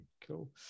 Cool